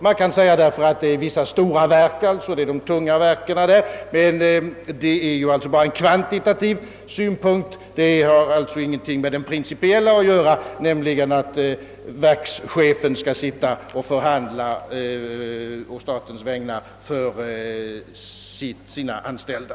Det förhållandet att det gäller en del stora, tunga verk är bara en kvantitativ synpunkt, som ingenting har att göra med den principiella synpunkten, nämligen att verkschefen skall å statens vägnar förhandla för sina anställda.